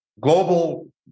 global